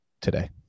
today